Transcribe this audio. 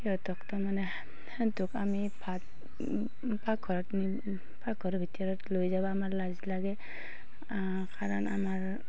সিহঁতক তাৰ মানে সিহঁতক আমি ভাত পাকঘৰত নি পাকঘৰৰ ভিতৰত লৈ যাব আমাৰ লাজ লাগে কাৰণ আমাৰ